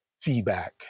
feedback